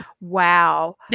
Wow